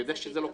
אני יודע.